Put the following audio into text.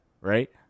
Right